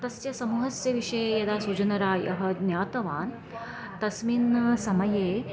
तस्य समूहस्य विषये यदा सुजनरायः ज्ञातवान् तस्मिन् समये